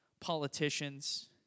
politicians